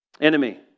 enemy